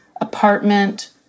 apartment